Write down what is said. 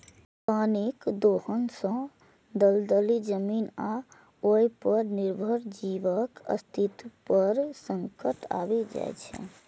पानिक दोहन सं दलदली जमीन आ ओय पर निर्भर जीवक अस्तित्व पर संकट आबि जाइ छै